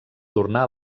tornar